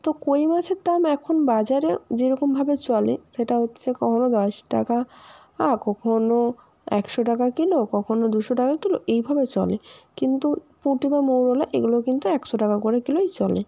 তো কই মাছের দাম এখন বাজারে যেরকমভাবে চলে সেটা হচ্ছে কখনও দশ টাকা কখনও একশো টাকা কিলো কখনও দুশো টাকা কিলো এইভাবে চলে কিন্তু পুঁটি বা মৌরলা এগুলো কিন্তু একশো টাকা করে কিলোই চলে